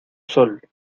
sol